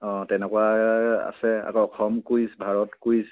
অঁ তেনেকুৱাই আছে আকৌ অসম কুইজ ভাৰত কুইজ